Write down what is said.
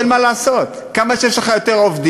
אין מה לעשות: ככל שיש לך יותר עובדים,